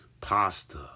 pasta